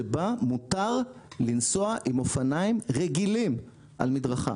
שבה מותר לנסוע עם אופניים רגילים על מדרכה.